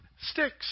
sticks